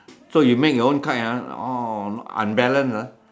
so you make your own kite ah oh unbalanced ah